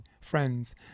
friends